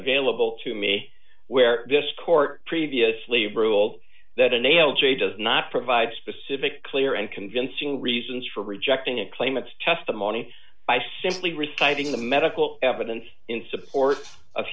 available to me where this court previously ruled that an l j does not provide specific clear and convincing reasons for rejecting a claim it's testimony by simply reciting the medical evidence in support of